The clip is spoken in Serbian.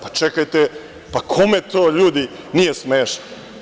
Pa, čekajte, pa kome to ljudi nije smešno?